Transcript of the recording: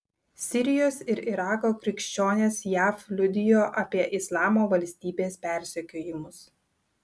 sirijos ir irako krikščionės jav liudijo apie islamo valstybės persekiojimus